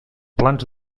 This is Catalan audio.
plans